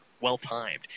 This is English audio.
well-timed